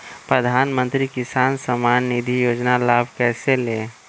प्रधानमंत्री किसान समान निधि योजना का लाभ कैसे ले?